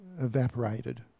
evaporated